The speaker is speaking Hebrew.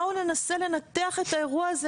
בואו ננסה לנתח את האירוע הזה